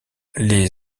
les